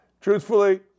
Truthfully